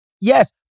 yes